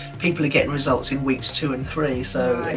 people get results in weeks two and three. so